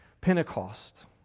Pentecost